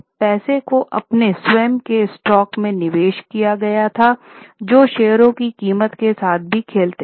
पैसो को अपने स्वयं के स्टॉक में निवेश किया गया था जो शेयर की कीमतों के साथ भी खेलते थे